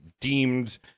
deemed